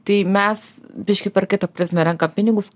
tai mes biškį per kitą prizmę renkam pinigus